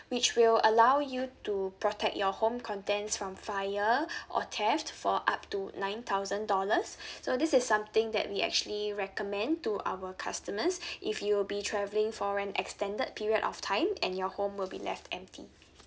which will allow you to protect your home contents from fire or theft for up to nine thousand dollars so this is something that we actually recommend to our customers if you'll be travelling for an extended period of time and your home will be left empty